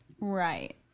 Right